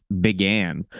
began